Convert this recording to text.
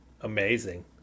amazing